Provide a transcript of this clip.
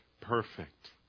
perfect